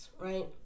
Right